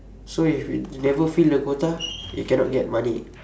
so if you never fill the quota you cannot get money